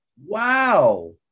Wow